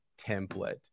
template